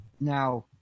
now